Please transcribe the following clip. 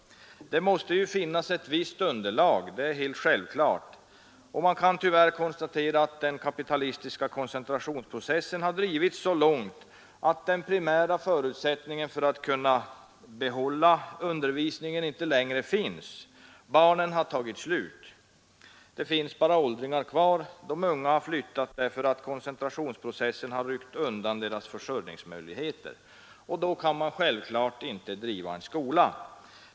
Det måste ju finnas ett visst underlag, och man kan tyvärr ibland konstatera att den kapitalistiska koncentrationsprocessen drivits så långt att den primära förutsättningen för undervisningen inte längre finns. Barnen har tagit slut. Det finns bara åldringar kvar. De unga har flyttat därför att koncentrationsprocessen har ryckt undan deras försörjningsmöjligheter. Då kan man självklart inte heller driva en skola.